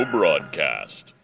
Broadcast